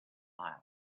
miles